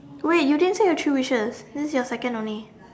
wait you didn't say your three wishes this is your second only